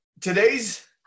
today's